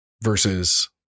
versus